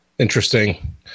Interesting